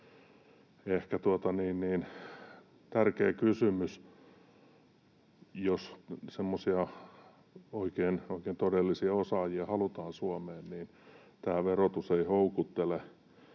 semmoisia oikein todellisia osaajia halutaan Suomeen, niin tämä verotus ei houkuttele